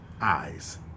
Eyes